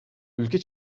ülke